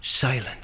Silence